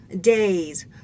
days